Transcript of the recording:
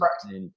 Correct